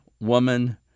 Woman